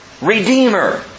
Redeemer